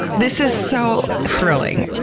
this is so thrilling.